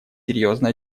серьезно